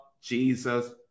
Jesus